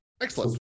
Excellent